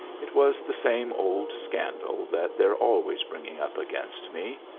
it was the same old scandal that they're always bringing up against me.